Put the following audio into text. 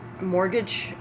mortgage